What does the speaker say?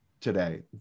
today